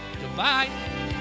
Goodbye